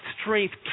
strength